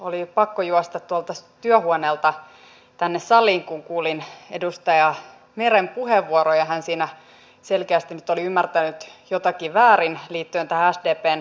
oli pakko juosta tuolta työhuoneelta tänne saliin kun kuulin edustaja meren puheenvuoron ja hän siinä selkeästi nyt oli ymmärtänyt jotakin väärin liittyen tähän sdpn kotouttamisohjelmaan